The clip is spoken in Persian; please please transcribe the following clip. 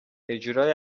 اجرای